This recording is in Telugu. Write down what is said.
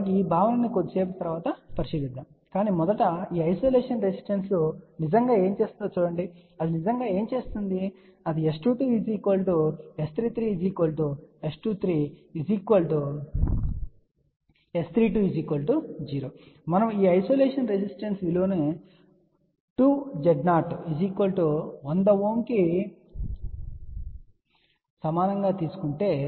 మనము ఈ భావనను కొద్దిసేపటి తరువాత పరిశీలిస్తాము కాని మొదట ఈ ఐసోలేషన్ రెసిస్టెన్స్ నిజంగా ఏమి చేస్తుందో చూడండి అది నిజంగా ఏమి చేస్తుంది అది S22 S33 S23 S32 0 మనము ఈ ఐసోలేషన్ రెసిస్టెన్స్ విలువను 2 Z0 100 Ω కు సమానంగా తీసుకుంటే